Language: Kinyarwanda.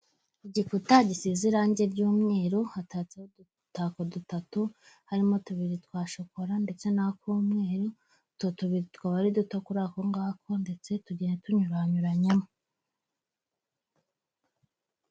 Igikuta gisize irangi ry'umweru, hatatseho udutako dutatu, harimo tubiri twa shokora ndetse n'ak'umweru, utwo tubiri tukaba ari duto kuri ako ngako ndetse tugiye tunyuranyuranyemo.